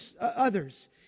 others